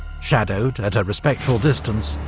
shadowed, at a respectful distance,